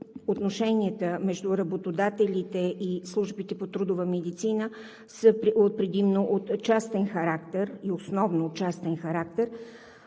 отношенията между работодателите и службите по трудова медицина са предимно от частен характер, основно от частен характер,